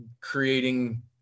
creating